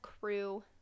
crew